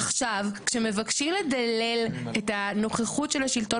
עכשיו כשמבקשים לדלל את הנוכחות של השלטון